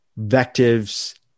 vectives